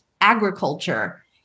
agriculture